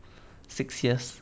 six years